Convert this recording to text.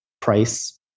price